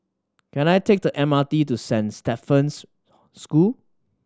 can I take the M R T to Saint Stephen's School